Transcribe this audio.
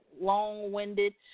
long-winded